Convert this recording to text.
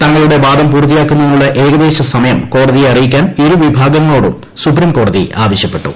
തങ്ങളുടെ വാദം പൂർത്തിയാക്കുന്നതിനുള്ള ഏകദേശ സമയം കോടതിയെ അറിയിക്കാൻ ഇരു വിഭാഗങ്ങളോടും സുപ്രീംകോടതി ആവശ്യപ്പെട്ടു